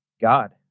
god